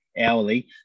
hourly